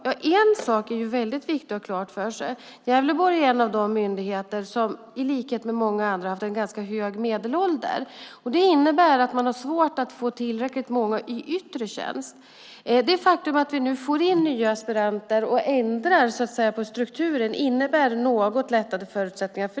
Ja, en sak är det väldigt viktigt att ha klart för sig: att Gävleborgs polismyndighet är en av de myndigheter där det i likhet med många andra varit ganska hög medelålder. Det innebär att man har svårt att få tillräckligt många i yttre tjänst. Det faktum att vi nu får in nya aspiranter och så att säga ändrar på strukturen innebär något lättade förutsättningar.